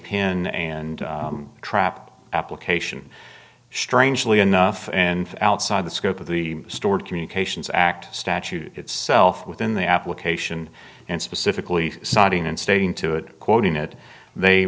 pin and trap application strangely enough and outside the scope of the stored communications act statute itself within the application and specifically citing and stating to it quoting it they